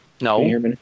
No